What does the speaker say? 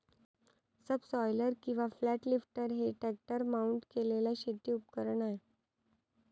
subsoiler किंवा flat lifter हे tractor mount केलेले शेती उपकरण आहे